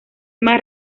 más